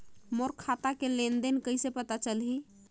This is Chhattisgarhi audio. मोर खाता के लेन देन कइसे पता चलही?